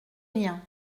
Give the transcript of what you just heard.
rien